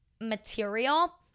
material